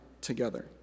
together